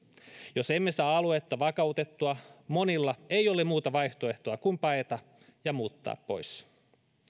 jos emme saa aluetta vakautettua monilla ei ole muuta vaihtoehtoa kuin paeta ja muuttaa pois